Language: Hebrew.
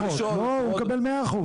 לא, הוא מקבל מאה אחוז.